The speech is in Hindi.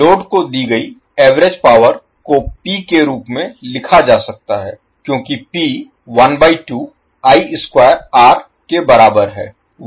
लोड को दी गई एवरेज पावर को P के रूप में लिखा जा सकता है क्योंकि P 12 I स्क्वायर R के बराबर है